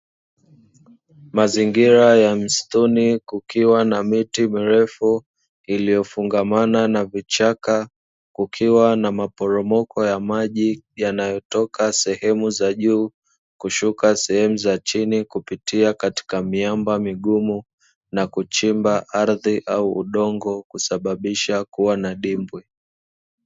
Mazingira ya msituni kukiwa na miti mirefu iliyofungamana na vichaka kukiwa na maporomoko ya maji yanayotoka sehemu za juu kushuka sehemu za chini, kupitia katika miamba migumu na kuchimba ardhi au udongo kusababisha kuwa na dimbwi.